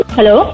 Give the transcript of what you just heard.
Hello